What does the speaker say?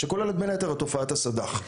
שכוללת בין היתר את תופעת הסד"ח.